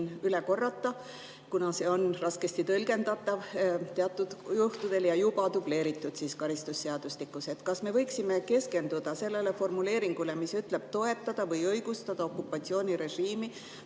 üle korrata, kuna see on raskesti tõlgendatav teatud juhtudel ja juba dubleeritud karistusseadustikus. Kas me võiksime keskenduda sellele formuleeringule, mis ütleb: "[...] toetada või õigustada okupatsioonirežiimi